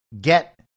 get